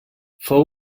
fou